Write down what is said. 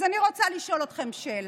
אז אני רוצה לשאול אתכם שאלה: